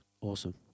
awesome